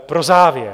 Pro závěr.